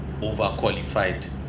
overqualified